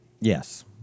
yes